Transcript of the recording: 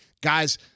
Guys